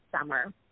summer